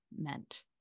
meant